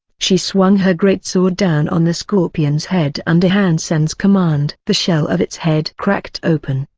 she swung her greatsword down on the scorpion's head under han sen's command. the shell of its head cracked open,